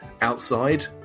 outside